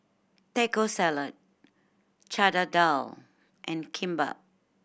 Taco Salad Chana Dal and Kimbap